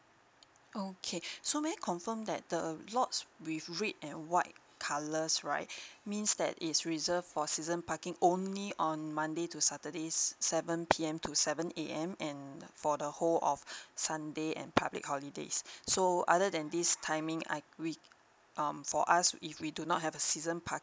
okay so may I confirm that the lots with red and white colours right means that is reserved for season parking only on monday to saturdays seven P_M to seven A_M and for the whole of sunday and public holidays so other than this timing I we um for us if we do not have a season